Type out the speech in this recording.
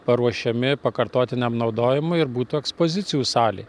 paruošiami pakartotiniam naudojimui ir būtų ekspozicijų salė